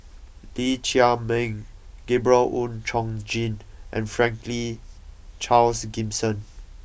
Lee Chiaw Meng Gabriel Oon Chong Jin and Franklin Charles Gimson